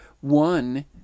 one